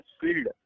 field